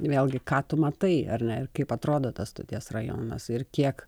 vėl gi ką tu matai ar ne ir kaip atrodo tas stoties rajonas ir kiek